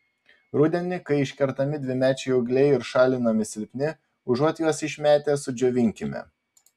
rudenį kai iškertami dvimečiai ūgliai ir šalinami silpni užuot juos išmetę sudžiovinkime